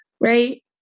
right